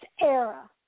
era